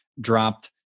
dropped